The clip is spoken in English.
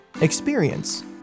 experience